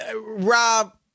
Rob